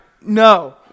No